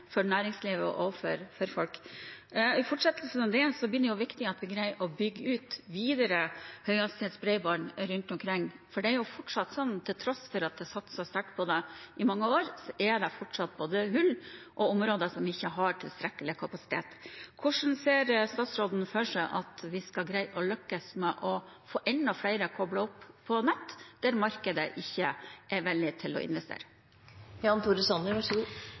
for næringslivet og for folk. I forlengelsen av det blir det viktig at vi greier å bygge ut videre høyhastighetsbredbånd rundt omkring, for det er fortsatt slik at til tross for at det har blitt satset sterkt på det i mange år, er det både hull og områder som ikke har tilstrekkelig kapasitet. Hvordan ser statsråden for seg at vi skal greie å lykkes med å få enda flere koblet opp på nett, der markedet ikke er villig til å